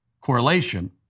correlation